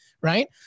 right